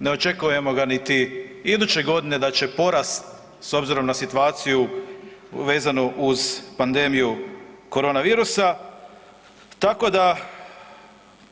Ne očekujemo ga niti iduće godine da će porasti s obzirom na situaciju vezano uz pandemiju corona virusa, tako da